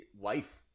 life